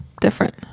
different